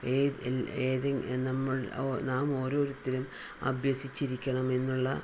ഏതെ നാം ഓരോരുത്തരും അഭ്യസിച്ചിരിക്കണം എന്നുള്ള